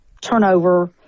turnover